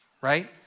right